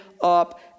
up